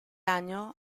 año